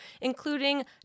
including